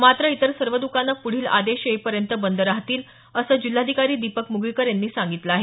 मात्र इतर सर्व दुकानं पुढील आदेश येईपर्यंत बंद राहतील असं जिल्हाधिकारी दीपक म्गळीकर यांनी सांगितलं आहे